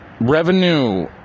revenue